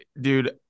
dude